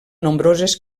nombroses